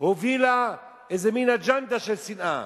הובילה איזה מין אג'נדה של שנאה,